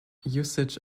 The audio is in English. usage